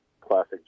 classic